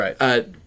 Right